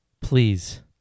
please